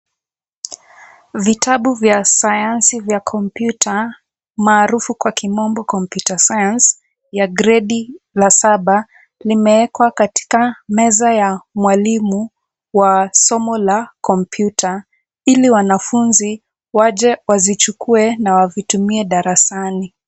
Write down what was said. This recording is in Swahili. Vitabu vya sayansi vya kompyuta maarafu kwa kimombo computer science vya gredi ya saba vimewekwa katika meza ya mwalimu wa somo la kompyuta ili wanafunzi waje wazichukue na wavitumie darasani.